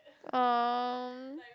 oh